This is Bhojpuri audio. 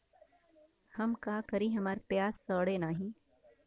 हम का करी हमार प्याज सड़ें नाही?